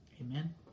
Amen